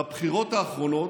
בבחירות האחרונות,